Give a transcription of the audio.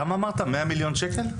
כמה אמרת, 100 מיליון שקל?